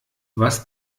was